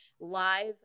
live